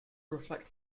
reflect